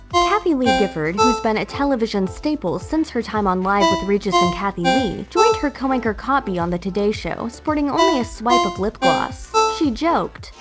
kathie lee gifford, who's has been a television staple since her time on live with regis and kathie lee, joined her co-anchor kotb yeah on the today show, sporting only a swipe of lip gloss. she joked,